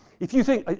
if you think.